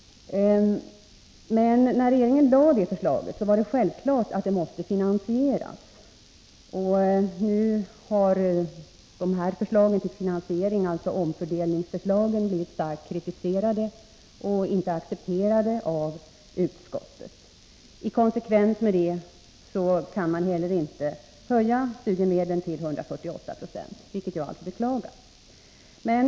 När regeringen lade fram detta förslag var det självklart att det måste finansieras. Nu har våra förslag till finansiering, omfördelningsförslagen, blivit starkt kritiserade och inte accepterade av utskottet. I konsekvens med det kan man inte höja studiemedlen till 148 96, vilket jag beklagar.